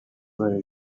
were